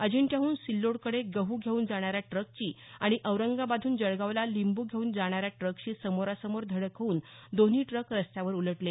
अजिंठ्याहून सिल्लोडकडे गहू घेऊन जाणाऱ्या ट्रकची आणि औरंगाबादहून जळगावला लिंबू घेऊन जाणाऱ्या ट्रकशी समोरासमोर धडक होऊन दोन्ही ट्रक रस्त्यावर उलटले